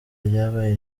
ryabaye